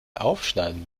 aufschneiden